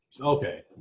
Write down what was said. Okay